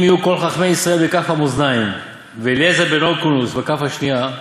אם יהיו כל חכמי ישראל בכף המאזניים ואליעזר בן הרקנוס בכף שנייה,